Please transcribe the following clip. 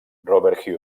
robert